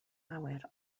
awyr